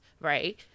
right